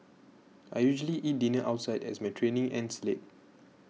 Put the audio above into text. I usually eat dinner outside as my training ends late